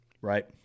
right